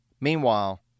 Meanwhile